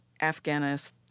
Afghanist